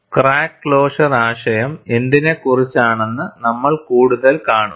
crack closure ആശയം എന്തിനെക്കുറിച്ചാണെന്ന് നമ്മൾ കൂടുതൽ കാണും